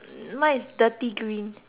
ty green 肮脏的